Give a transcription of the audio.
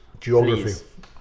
geography